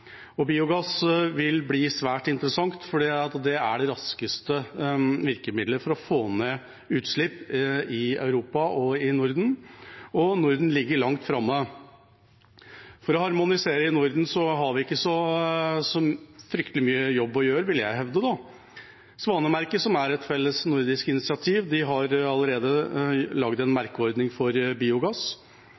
det er det raskeste virkemiddelet for å få ned utslipp i Europa og i Norden, og Norden ligger langt framme. For å harmonisere i Norden har vi ikke så fryktelig mye jobb å gjøre, vil jeg hevde. Svanemerket, som er et felles nordisk initiativ, har allerede laget en merkeordning for biogass.